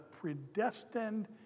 predestined